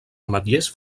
ametllers